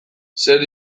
zer